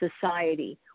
society